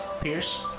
Pierce